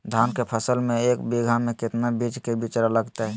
धान के फसल में एक बीघा में कितना बीज के बिचड़ा लगतय?